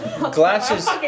Glasses